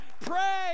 pray